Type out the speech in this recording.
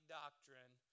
doctrine